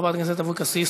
חברת הכנסת אבקסיס